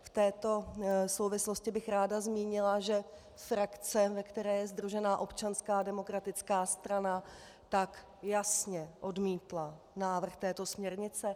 V této souvislosti bych ráda zmínila, že frakce, ve které je sdružena Občanská demokratická strana, jasně odmítla návrh této směrnice.